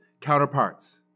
counterparts